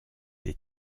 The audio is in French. des